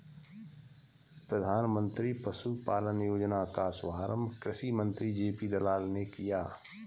प्रधानमंत्री पशुपालन योजना का शुभारंभ कृषि मंत्री जे.पी दलाल ने किया